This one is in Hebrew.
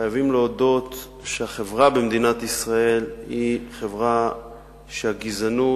חייבים להודות שהחברה במדינת ישראל היא חברה שהגזענות